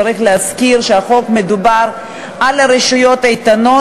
צריך להזכיר שבחוק מדובר על רשויות איתנות,